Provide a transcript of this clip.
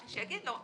שיגיד לו,